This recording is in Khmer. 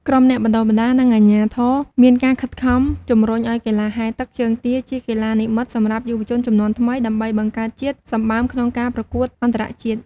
ក្រុមអ្នកបណ្តុះបណ្តាល និងអាជ្ញាធរមានការខិតខំជំរុញឱ្យកីឡាហែលទឹកជើងទាជាកីឡានិម្មិតសម្រាប់យុវជនជំនាន់ថ្មី ដើម្បីបង្កើតជាតិសម្បើមក្នុងការប្រកួតអន្តរជាតិ។